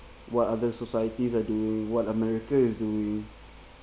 what other societies are doing what america is doing